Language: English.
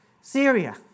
Syria